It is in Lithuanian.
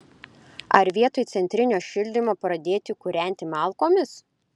ar vietoj centrinio šildymo pradėti kūrenti malkomis